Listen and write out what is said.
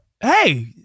hey